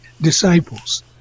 disciples